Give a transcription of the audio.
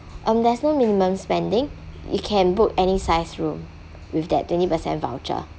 um there's no minimum spending you can book any size room with that twenty percent voucher